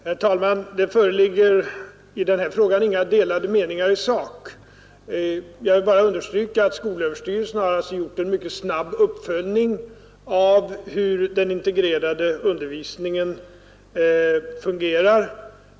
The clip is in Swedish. Herr talman! Det föreligger i denna fråga inga delade meningar i sak. Jag vill bara understryka att skolöverstyrelsen har gjort en mycket snabb uppföljning av hur den integrerade undervisningen fungerar.